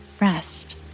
rest